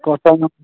କଟ ନ